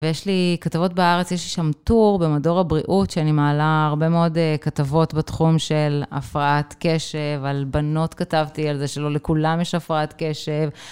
ויש לי כתבות בארץ, יש לי שם טור במדור הבריאות, שאני מעלה הרבה מאוד כתבות בתחום של הפרעת קשב, על בנות כתבתי, על זה שלא לכולם יש הפרעת קשב.